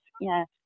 yes